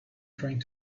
trying